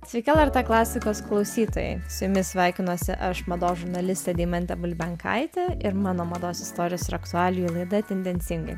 sveiki lrt klasikos klausytojai su jumis sveikinuosi aš mados žurnalistė deimantė bulbenkaitė ir mano mados istorijos ir aktualijų laida tendencingai